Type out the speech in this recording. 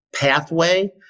pathway